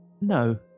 no